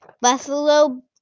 Buffalo